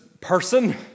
person